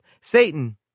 Satan